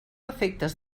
efectes